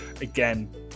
Again